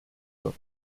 wird